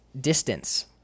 distance